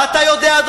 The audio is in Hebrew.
ואתה יודע מה